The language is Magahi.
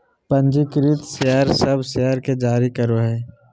पंजीकृत शेयर सब शेयर के जारी करो हइ